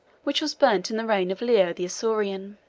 which was burnt in the reign of leo the isaurian.